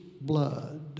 blood